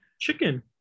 chicken